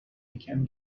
یکم